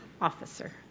Officer